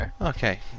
Okay